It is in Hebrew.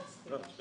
לא, לא.